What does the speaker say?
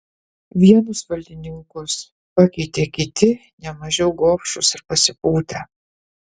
vienus valdininkus pakeitė kiti ne mažiau gobšūs ir pasipūtę